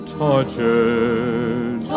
tortured